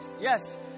yes